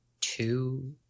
two